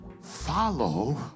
follow